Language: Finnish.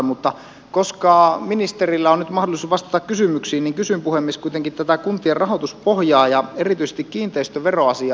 mutta koska ministerillä on nyt mahdollisuus vastata kysymyksiin niin kysyn puhemies kuitenkin tätä kuntien rahoituspohjaa ja erityisesti kiinteistöveroasiaa